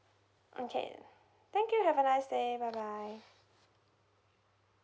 okay thank you have a nice day bye bye